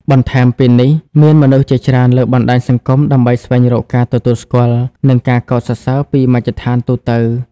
នបន្ថែមពីនេះមាន មនុស្សជាច្រើនប្រើបណ្តាញសង្គមដើម្បីស្វែងរកការទទួលស្គាល់ និងការកោតសរសើរពីមជ្ឈដ្ឋានទូទៅ។